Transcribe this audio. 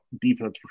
defense